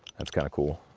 that's kinda cool.